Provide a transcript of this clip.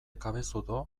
cabezudo